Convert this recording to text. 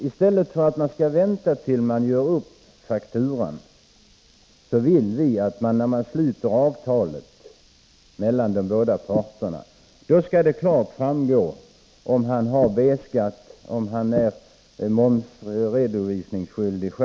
I stället för att vänta tills fakturan görs upp skall båda parterna, när man sluter avtal, se till att det i avtalet klart framgår om uppdragstagaren har att erlägga B-skatt eller har momsredovisningsskyldighet.